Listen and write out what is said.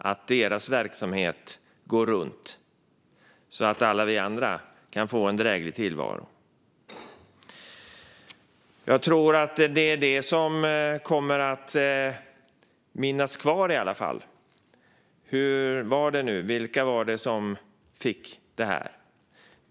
Deras verksamhet måste gå runt så att alla vi andra kan få en dräglig tillvaro. Jag tror att det är detta som kommer att finnas kvar i minnet. Hur var det nu? Vilka var det som fick det här?